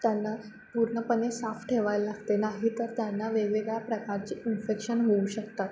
त्यांना पूर्णपणे साफ ठेवायला लागते नाही तर त्यांना वेगवेगळ्या प्रकारचे इन्फेक्शन होऊ शकतात